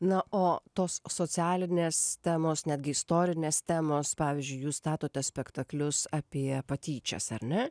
na o tos socialinės temos netgi istorinės temos pavyzdžiui jūs statote spektaklius apie patyčias ar ne